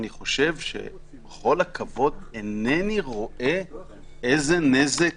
בכל הכבוד אינני רואה איזה נזק